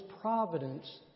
providence